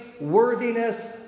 worthiness